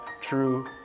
true